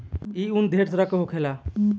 ई उन ढेरे तरह के होखेला